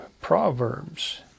Proverbs